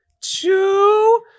two